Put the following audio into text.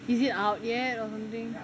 is it out yet or something